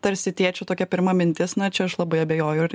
tarsi tėčių tokia pirma mintis na čia aš labai abejoju ar